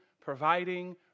providing